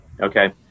Okay